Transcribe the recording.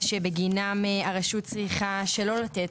שבגינם הרשות צריכה שלא לתת,